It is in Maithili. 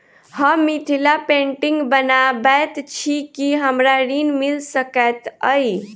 हम मिथिला पेंटिग बनाबैत छी की हमरा ऋण मिल सकैत अई?